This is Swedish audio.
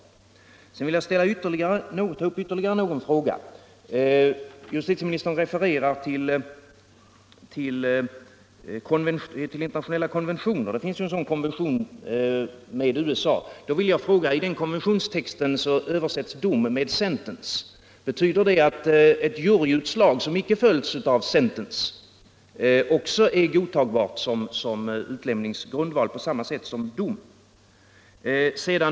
Sedan vill jag ställa ytterligare en fråga. Justitieministern refererar till internationella konventioner. Det finns en sådan konvention med USA. I texten till den översätts dom med ”sentence”. Betyder det att ett juryutslag som inte följts av ”sentence” också är godtagbart som utlämningsgrundval på samma sätt som dom?